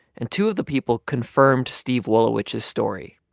and two of the people confirmed steve wolowicz's story.